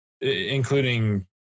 Including